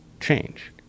change